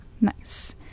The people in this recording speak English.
Nice